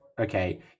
okay